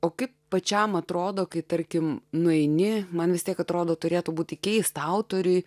o kaip pačiam atrodo kai tarkim nueini man vis tiek atrodo turėtų būti keista autoriui